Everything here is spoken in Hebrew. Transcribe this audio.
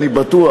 אני בטוח.